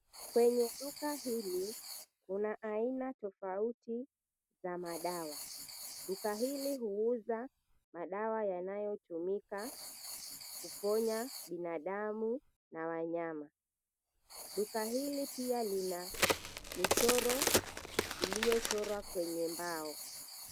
Kwenye duka hili kuna aina tofauti za madawa, duka hili huuza madawa yanayotumika kuponya binadamu na wanyama. Duka hili pia lina michoro iliyochorwa kwenye mbao.